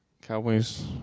Cowboys